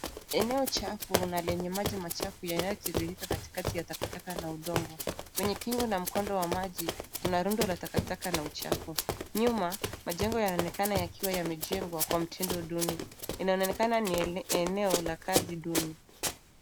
Eneo chafu na lenye maji machafu yanayotiririka katikati ya takataka na udongo. Kwenye kingo na mkondo wa maji, kuna rundo la takataka na uchafu. Nyuma, majengo yanaonekana yakiwa yamejengwa kwa mtindo duni. Inaonekana ni eneo la kazi duni.